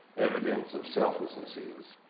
evidence of selflessness is?